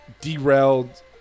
derailed